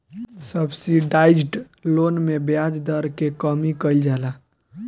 subsidised loan में ब्याज दर के कमी कइल जाला